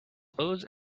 clothes